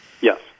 Yes